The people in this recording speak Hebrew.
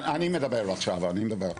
אני מדבר עכשיו, אני מדבר.